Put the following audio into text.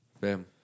Bam